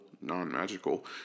non-magical